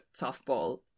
softball